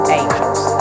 angels